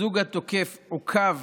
הזוג התוקף עוכב